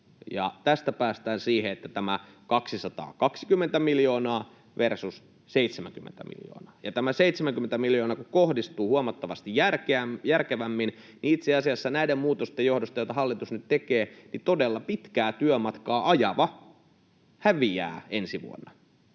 Tästä päästään tähän 220 miljoonaa versus 70 miljoonaa, ja tämä 70 miljoonaa kun kohdistuu huomattavasti järkevämmin, niin itse asiassa näiden muutosten johdosta, joita hallitus nyt tekee, todella pitkää työmatkaa ajava häviää ensi vuonna.